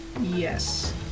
Yes